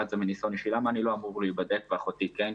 מניסיון אישי, למה אני לא אמור להיבדק ואחותי כן?